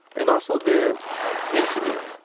and also they're intimate,